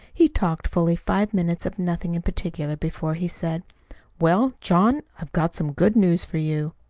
he talked fully five minutes of nothing in particular, before he said well, john, i've got some good news for you.